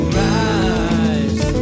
rise